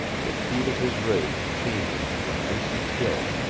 the heat of his rage changing to an icy chill,